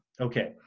Okay